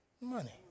money